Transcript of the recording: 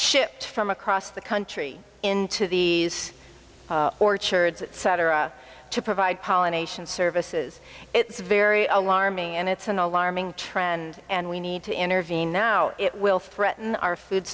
shipped from across the country into the orchards cetera to provide pollination services it's very alarming and it's an alarming trend and we need to intervene now it will threaten our food